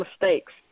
mistakes